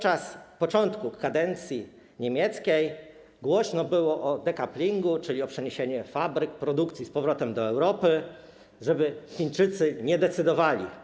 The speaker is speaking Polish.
Na początku kadencji niemieckiej głośno było o dekaplingu, czyli o przeniesieniu fabryk, produkcji z powrotem do Europy, żeby Chińczycy nie decydowali.